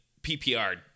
PPR